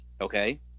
okay